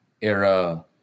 era